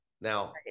Now